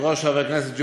כבוד השר, להקריא קצת,